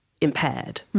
impaired